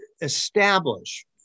establish